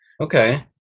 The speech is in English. okay